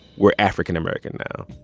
we're african american now.